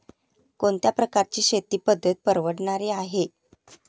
कोणत्या प्रकारची शेती पद्धत परवडणारी आहे?